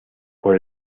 por